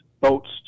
boats